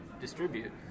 distribute